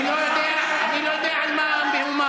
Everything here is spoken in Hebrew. אני לא יודע על מה המהומה.